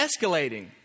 escalating